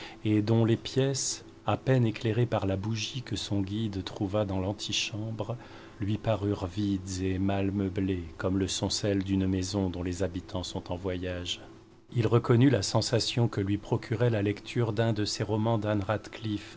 et dont les pièces à peine éclairées par la bougie que son guide trouva dans l'antichambre lui parurent vides et mal meublées comme le sont celles d'une maison dont les habitants sont en voyage il reconnut cette sensation que lui procurait la lecture d'un de ces romans